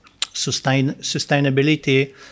sustainability